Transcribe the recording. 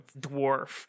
dwarf